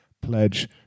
pledge